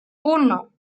uno